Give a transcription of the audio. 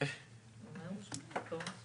קודם כול,